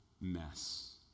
mess